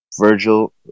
Virgil